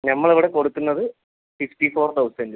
നമ്മൾ ഇവിടെ കൊടുക്കുന്നത് ഫിഫ്റ്റി ഫോർ തൗസൻ്റും